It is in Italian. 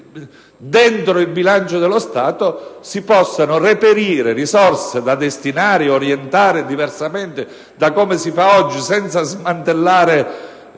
del bilancio dello Stato si possano reperire risorse da destinare o orientare diversamente da quanto avviene oggi, senza smantellare